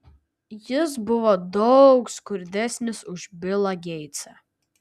jis buvo daug skurdesnis už bilą geitsą